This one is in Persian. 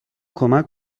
کمک